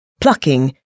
plucking